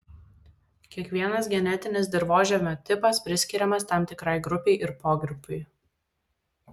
kiekvienas genetinis dirvožemio tipas priskiriamas tam tikrai grupei ir pogrupiui